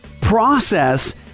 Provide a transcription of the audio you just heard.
process